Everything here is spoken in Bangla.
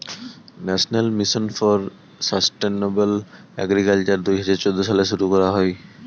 national mission for sustainable agriculture দুহাজার চৌদ্দ সালে শুরু করা হয়